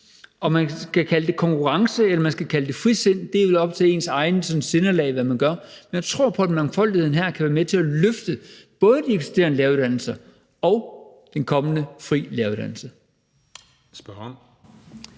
Om man skal kalde det konkurrence eller man skal kalde det frisind, er vel op til ens eget sindelag, hvad man gør. Men jeg tror på, at mangfoldigheden her kan være med til at løfte både de eksisterende læreruddannelser og den kommende fri læreruddannelse.